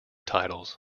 titles